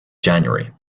january